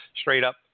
straight-up